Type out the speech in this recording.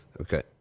Okay